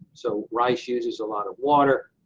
so rice uses a lot of water.